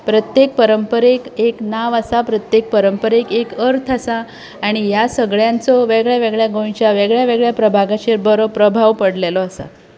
प्रत्येक परंपरेक एक नांव आसा प्रत्येक परंपरेक एक अर्थ आसा आनी ह्या सगळ्यांचो वेगळ्या वेगळ्या गोंयच्या वेगळ्या वेगळ्या प्रभागांचेर बरो प्रभाव पडलेलो आसा